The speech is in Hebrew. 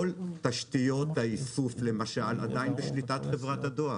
כל תשתיות האיסוף למשל עדיין בשליטת חברת הדואר.